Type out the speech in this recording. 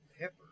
pepper